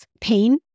pain